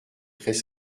traits